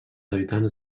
habitants